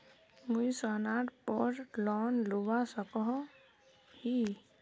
मुई सोनार पोर लोन लुबा सकोहो ही?